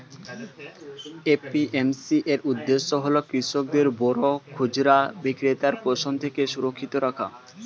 APMC এর উদ্দেশ্য হল কৃষকদের বড় খুচরা বিক্রেতার শোষণ থেকে সুরক্ষিত রাখা